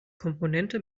komponente